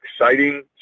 exciting